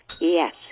Yes